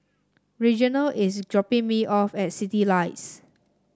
Reginal is dropping me off at Citylights